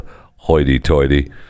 hoity-toity